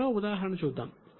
మరో ఉదాహరణ చూద్దాము